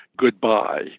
goodbye